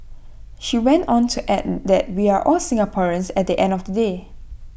she went on to add that we are all Singaporeans at the end of the day